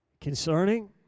Concerning